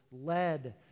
led